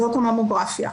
זאת הממוגרפיה.